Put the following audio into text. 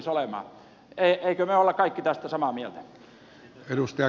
emmekö me ole kaikki tästä samaa mieltä